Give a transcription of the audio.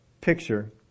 picture